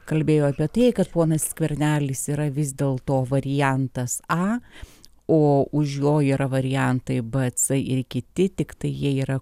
kalbėjo apie tai kad ponas skvernelis yra vis dėl to variantas a o už jo yra variantai b c ir kiti tiktai jie yra